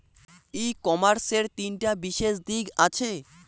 ই কমার্সের তিনটা বিশেষ দিক আছে